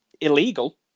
illegal